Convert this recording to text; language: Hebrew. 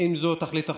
האם זו תכלית החוק?